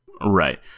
Right